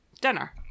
dinner